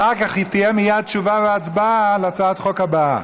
אחר כך תהיה מייד תשובה והצבעה על הצעת החוק הבאה.